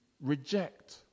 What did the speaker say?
reject